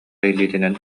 илиитинэн